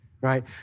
right